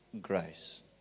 grace